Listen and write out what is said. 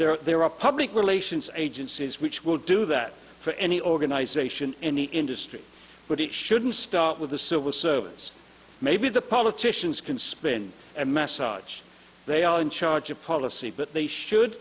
there there are public relations agencies which will do that for any organization any industry but it shouldn't start with the civil servants maybe the politicians can spin and message they are in charge of policy but they should